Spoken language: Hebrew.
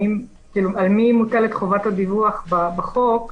על מי מוטלת חובת הדיווח בחוק,